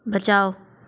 बचाओ